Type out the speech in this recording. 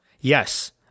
Yes